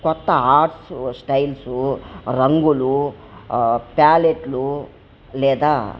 కొత్త ఆర్ఫ్ స్టైల్స్ రంగులు ప్యాలెట్లు లేదా